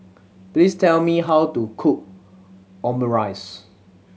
please tell me how to cook Omurice